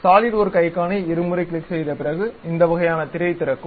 SolidWork ஐகானை இருமுறை click செய்த பிறகு இந்த வகையான திரை இருக்கும்